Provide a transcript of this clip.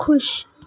خوش